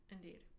Indeed